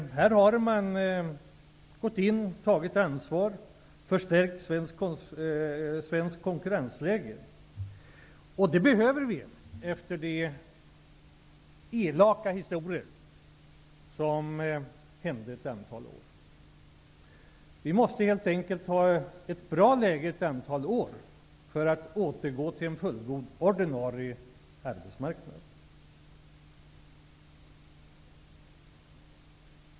De har tagit ansvar och förstärkt det svenska kostnadsläget. Detta behöver vi efter de elaka historier som hände under ett antal år. Vi måste helt enkelt ha ett bra läge under ett antal år för att kunna återgå till en fullgod ordinarie arbetsmarknad.